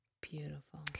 Beautiful